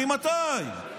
ממתי?